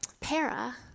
para